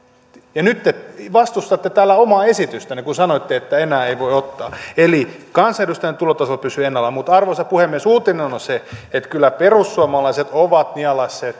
nyt te vastustatte täällä omaa esitystänne kun sanoitte että enää ei voi ottaa eli kansanedustajan tulotaso pysyy ennallaan mutta arvoisa puhemies uutinen on on se että kyllä perussuomalaiset ovat nielaisseet